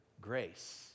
grace